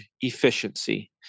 efficiency